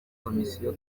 komisiyo